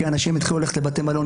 כי אנשים יתחילו ללכת לבתי מלון,